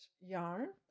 yarn